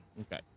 Okay